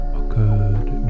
occurred